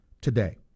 today